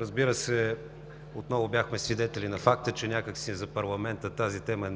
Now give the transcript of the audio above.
Разбира се, отново бяхме свидетели на факта, че някак си за парламента тази тема